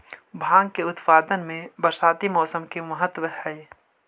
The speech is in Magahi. भाँग के उत्पादन में बरसाती मौसम के महत्त्व हई